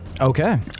Okay